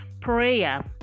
prayer